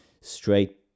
straight